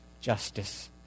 justice